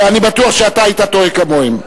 ואני בטוח שאתה היית טועה כמוהם.